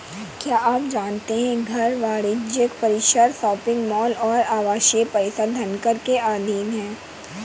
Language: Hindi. क्या आप जानते है घर, वाणिज्यिक परिसर, शॉपिंग मॉल और आवासीय परिसर धनकर के अधीन हैं?